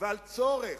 ועל צורך,